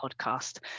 podcast